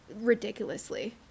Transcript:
ridiculously